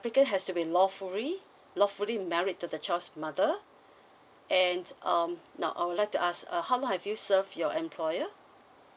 applicant has to be lawfully lawfully married to the child's mother and um now I would like to ask uh how long have you served your employer